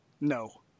No